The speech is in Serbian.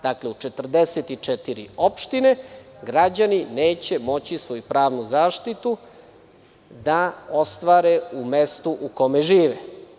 Dakle, u 44 opštine građani neće moći svoju pravnu zaštitu da ostvare u mestu u kome živele.